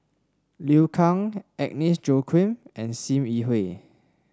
Liu Kang Agnes Joaquim and Sim Yi Hui